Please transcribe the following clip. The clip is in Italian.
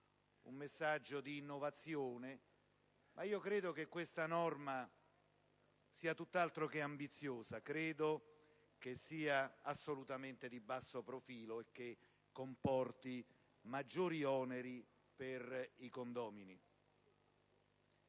un messaggio di innovazione. Credo che questa normativa sia tutt'altro che ambiziosa, che sia assolutamente di basso profilo e comporti maggiori oneri per i condomini.